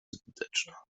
zbyteczna